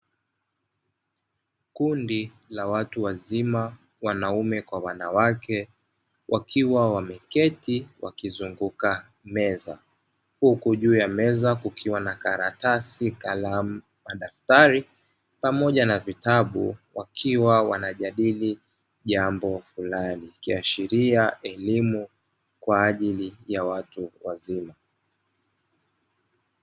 Kundi la watu wazima, wanaume kwa wanawake, wakiwa wameketi, wakizunguka meza. Huku juu ya meza kukiwa na karatasi, kalamu, madaftari, pamoja na vitabu wakiwa wanajadili jambo fulani. Ikiashiria elimu kwa ajili ya watu wazima.